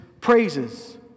praises